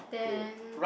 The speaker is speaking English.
then